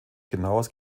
genaues